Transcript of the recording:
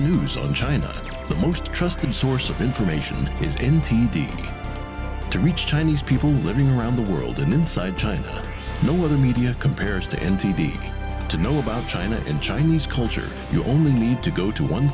news on china the most trusted source of information his m t d to reach chinese people living around the world and inside china no other media compares to n t v to know about china in chinese culture you only need to go to one